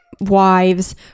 wives